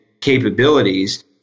capabilities